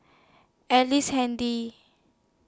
Ellice Handy